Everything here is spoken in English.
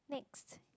next